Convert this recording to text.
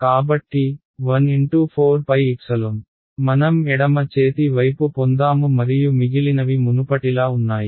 కాబట్టి 1 x 4π మనం ఎడమ చేతి వైపు పొందాము మరియు మిగిలినవి మునుపటిలా ఉన్నాయి